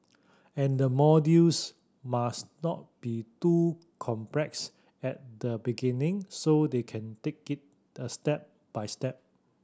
and the modules must not be too complex at the beginning so they can take it a step by step